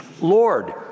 Lord